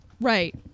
right